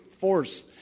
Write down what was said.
force